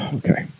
okay